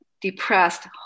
depressed